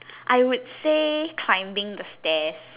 I would say climbing the stairs